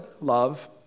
Love